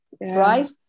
Right